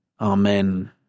Amen